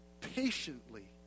patiently